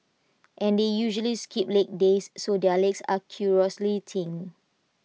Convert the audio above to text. and they usually skip leg days so their legs are curiously thin